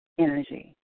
energy